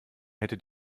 hätte